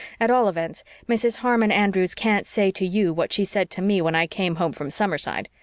at all events, mrs. harmon andrews can't say to you what she said to me when i came home from summerside,